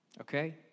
okay